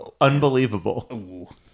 Unbelievable